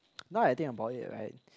now I think about it right